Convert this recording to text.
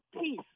peace